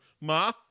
Ma